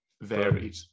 varied